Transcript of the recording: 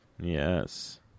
Yes